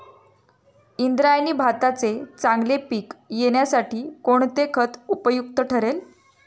इंद्रायणी भाताचे चांगले पीक येण्यासाठी कोणते खत उपयुक्त ठरेल?